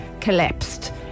collapsed